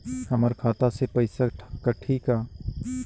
हमर खाता से पइसा कठी का?